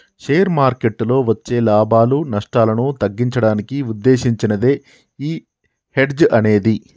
share మార్కెట్టులో వచ్చే లాభాలు, నష్టాలను తగ్గించడానికి వుద్దేశించినదే యీ హెడ్జ్ అనేది